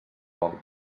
bon